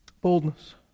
Boldness